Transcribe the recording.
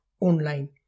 online